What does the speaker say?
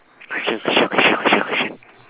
question question question question question